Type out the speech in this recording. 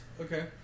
Okay